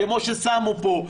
כפי ששמו פה,